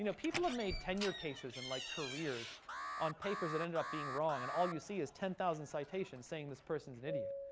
you know people have made tenure cases and like careers on papers that ended up being wrong. and all you see is ten thousand citations saying this person is an idiot.